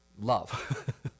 love